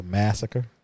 massacre